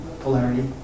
polarity